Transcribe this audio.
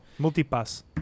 Multipass